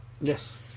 Yes